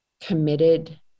committed